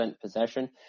possession